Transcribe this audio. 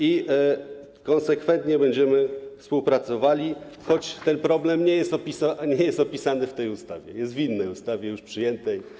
i konsekwentnie będziemy współpracowali, choć ten problem nie jest opisany w tej ustawie, jest w innej ustawie, już przyjętej.